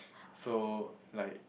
so like